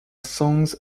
songs